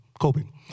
coping